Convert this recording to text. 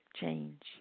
change